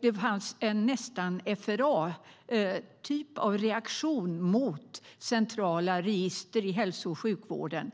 Det var en FRA-liknande reaktion mot centrala register i hälso och sjukvården.